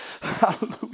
Hallelujah